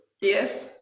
Yes